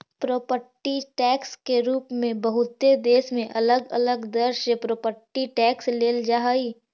property tax के रूप में बहुते देश में अलग अलग दर से प्रॉपर्टी टैक्स लेल जा हई